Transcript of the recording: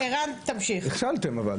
נכשלתם.